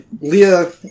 Leah